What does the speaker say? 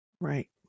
right